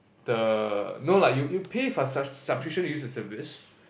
the no lah you you pay for sub~ subscription to use the service